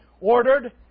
ordered